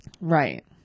Right